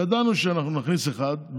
ידענו שאנחנו נכניס אחד,